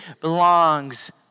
belongs